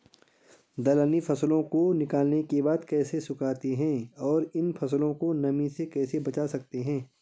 दलहनी फसलों को निकालने के बाद कैसे सुखाते हैं और इन फसलों को नमी से कैसे बचा सकते हैं?